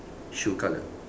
shoe colour